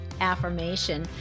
affirmation